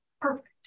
perfect